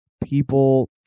people